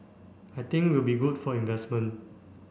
I think will be good for investment